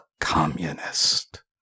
communist